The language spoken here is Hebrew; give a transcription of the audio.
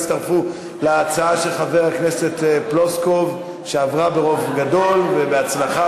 הצטרפו להצעה של חברת הכנסת פלוסקוב שעברה ברוב גדול ובהצלחה,